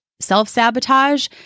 self-sabotage